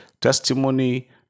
testimony